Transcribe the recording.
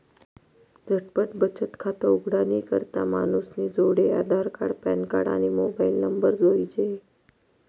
झटपट बचत खातं उघाडानी करता मानूसनी जोडे आधारकार्ड, पॅनकार्ड, आणि मोबाईल नंबर जोइजे